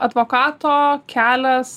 advokato kelias